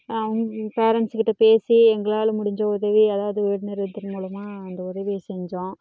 அவங்க பேரன்ட்ஸுக்கிட்ட பேசி எங்களால் முடிந்த உதவி அதாவது வேர்ல்ட் நிறுவனத்தின் மூலமாக இந்த உதவியை செஞ்சோம்